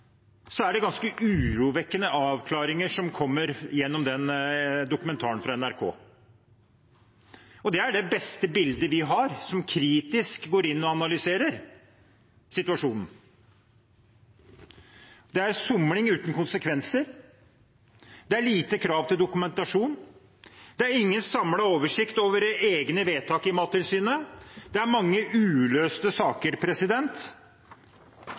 Det er det beste bildet vi har som kritisk går inn og analyserer situasjonen. Det er somling uten konsekvenser, det er lite krav til dokumentasjon, det er ingen samlet oversikt over egne vedtak i Mattilsynet, og det er mange uløste saker.